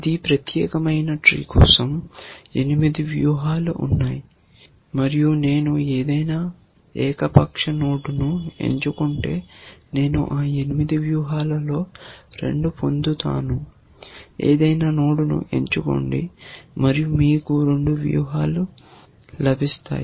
ఈ ప్రత్యేకమైన ట్రీ కోసం 8 వ్యూహాలు ఉన్నాయి మరియు నేను ఏదైనా ఏకపక్ష నోడ్ను ఎంచుకుంటే నేను ఆ 8 వ్యూహాలలో 2 పొందుతాను ఏదైనా నోడ్ను ఎంచుకోండి మరియు మీకు 2 వ్యూహాలు లభిస్తాయి